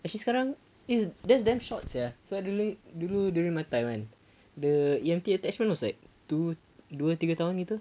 sekarang it's that's damn short sia so dulu dulu during my time kan the E_M_T attachment was like two dua tiga tahun begitu